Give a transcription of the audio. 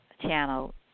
channel